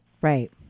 right